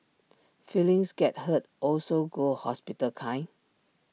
feelings get hurt also go hospital kind